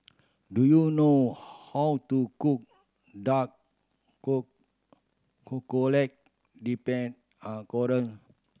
do you know how to cook dark dipped